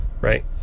right